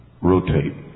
rotate